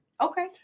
Okay